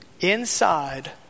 inside